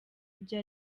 ibyo